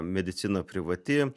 medicina privati